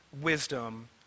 wisdom